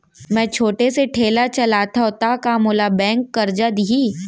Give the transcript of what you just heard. मैं छोटे से ठेला चलाथव त का मोला बैंक करजा दिही?